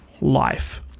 life